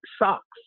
socks